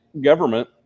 government